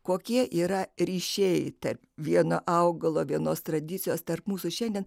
kokie yra ryšiai tarp vieno augalo vienos tradicijos tarp mūsų šiandien